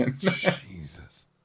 Jesus